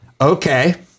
Okay